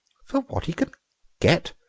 for what he can get?